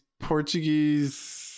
Portuguese